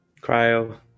Cryo